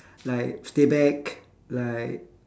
like stay back like